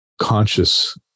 conscious